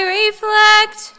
reflect